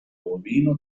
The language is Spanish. bovino